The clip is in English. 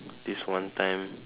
this one time